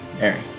Mary